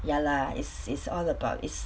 ya lah is is all about it's